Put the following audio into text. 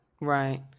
right